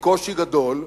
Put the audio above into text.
היא קושי גדול,